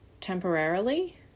temporarily